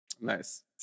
Nice